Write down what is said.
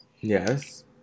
Yes